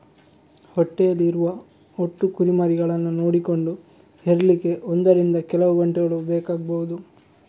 ಹೊಟ್ಟೆಯಲ್ಲಿ ಇರುವ ಒಟ್ಟು ಕುರಿಮರಿಗಳನ್ನ ನೋಡಿಕೊಂಡು ಹೆರ್ಲಿಕ್ಕೆ ಒಂದರಿಂದ ಕೆಲವು ಗಂಟೆಗಳು ಬೇಕಾಗ್ಬಹುದು